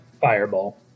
Fireball